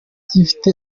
gifite